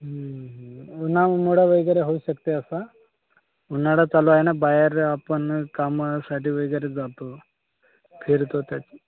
उन्हामुळं वगैरे होऊ शकते असं उन्हाळा चालू आहे ना बाहेर आपण कामासाठी वगैरे जातो फिरतो त्याची